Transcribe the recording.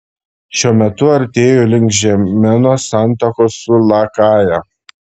šiuo metu artėju link žeimenos santakos su lakaja